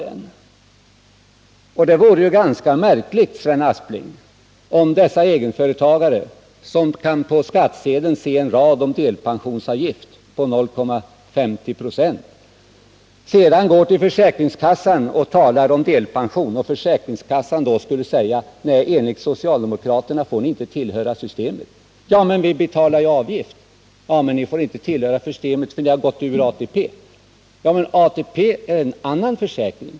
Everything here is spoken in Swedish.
Det vore ganska märkligt, Sven Aspling, om dessa egenföretagare, som på skattsedeln kan se att det står en rad om delpensionsavgift med 0,50 96, sedan skulle gå till försäkringskassan för att tala om delpension och man på försäkringskassan då skulle säga: Nej, enligt socialdemokraterna får ni inte tillhöra systemet. — Men vi betalar ju avgift. — Ja, men ni får inte tillhöra systemet ändå, för ni har gått ur ATP. — Men ATP är ju en annan försäkring.